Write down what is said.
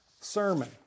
sermon